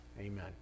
Amen